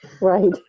Right